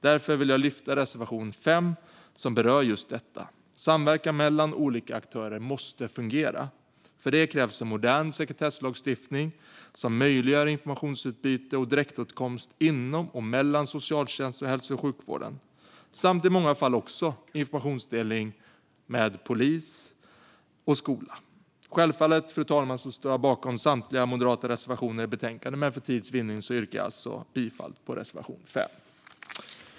Därför vill jag lyfta reservation 5, som berör just detta. Samverkan mellan olika aktörer måste fungera. För det krävs en modern sekretesslagstiftning som möjliggör informationsutbyte och direktåtkomst inom och mellan socialtjänst och hälso och sjukvård samt i många fall också informationsdelning med polis och skola. Självfallet, fru talman, står jag bakom samtliga moderata reservationer i betänkandet, men för tids vinning yrkar jag bifall endast till reservation 5.